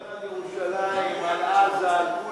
אני אדבר על ירושלים, על עזה, על כולם.